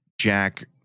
Jack